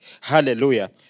Hallelujah